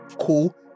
cool